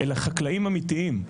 אלא חקלאים אמיתיים.